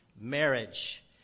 marriage